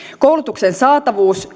koulutuksen saatavuus